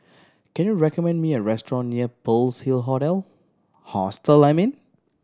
can you recommend me a restaurant near Pearl's Hill Hotel Hostel Liming